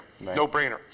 no-brainer